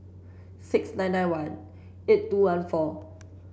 six nine nine one eight two one four